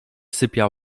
sypia